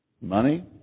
Money